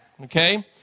okay